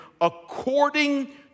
according